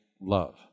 love